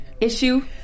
issue